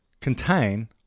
contain